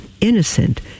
innocent